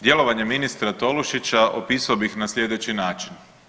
Djelovanje ministra Tolušića opisao bih na slijedeći način.